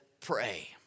pray